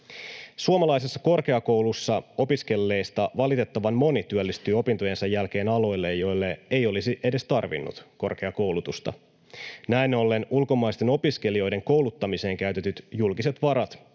Suomalaisessa korkeakoulussa opiskelleista valitettavan moni työllistyy opintojensa jälkeen aloille, joille ei olisi edes tarvinnut korkeakoulutusta. Näin ollen ulkomaisten opiskelijoiden kouluttamiseen käytetyt julkiset varat